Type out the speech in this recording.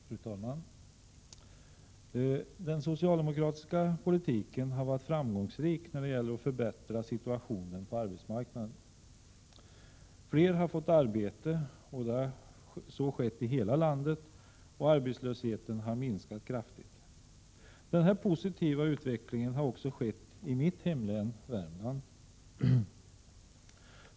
Fru talman! Den socialdemokratiska politiken har varit framgångsrik när det gäller att förbättra situationen på arbetsmarknaden. Fler har fått arbete i hela landet, och arbetslösheten har minskat kraftigt. Den här positiva utvecklingen har också skett i mitt hemlän, Värmland.